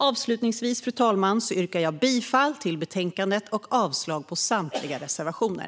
Avslutningsvis, fru talman, yrkar jag bifall till förslaget i betänkandet och avslag på samtliga reservationer.